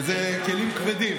וזה כלים כבדים.